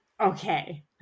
Okay